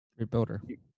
Rebuilder